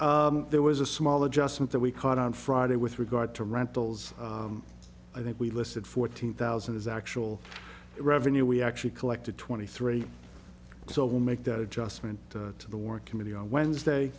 ok there was a small adjustment that we caught on friday with regard to rentals i think we listed fourteen thousand is actual revenue we actually collected twenty three so we'll make that adjustment to the war committee on wednesday